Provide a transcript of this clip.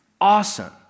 Awesome